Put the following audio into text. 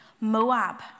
Moab